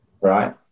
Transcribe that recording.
Right